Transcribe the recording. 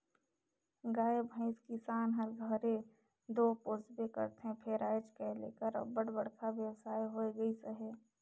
गाय भंइस किसान हर घरे दो पोसबे करथे फेर आएज काएल एकर अब्बड़ बड़खा बेवसाय होए गइस अहे